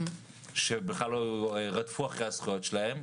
שבכלל לא רדפו אחרי הזכויות שלהם,